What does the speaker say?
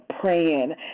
praying